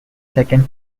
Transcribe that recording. second